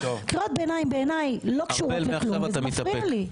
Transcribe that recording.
קריאות ביניים בעיניי לא קשורות לכלום וזה מפריע לי.